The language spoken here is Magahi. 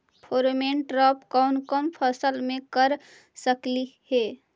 फेरोमोन ट्रैप कोन कोन फसल मे कर सकली हे?